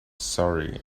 surrey